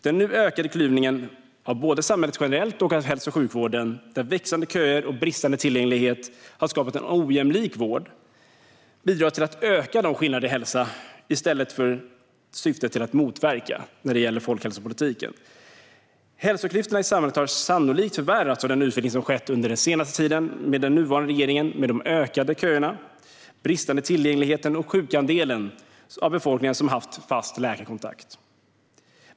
Den nu ökade klyvningen både av samhället generellt och av hälso och sjukvården, där växande köer och bristande tillgänglighet har skapat en ojämlik vård, bidrar till att öka de skillnader i hälsa som folkhälsopolitiken syftar till att motverka. Hälsoklyftorna i samhället har sannolikt förvärrats av den utveckling som skett den senaste tiden under den nuvarande regeringen. Vi ser ökade vårdköer, bristande tillgänglighet och en sjunkande andel av befolkningen som har en fast läkarkontakt.